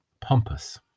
pompous